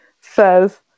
says